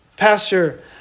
Pastor